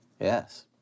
Yes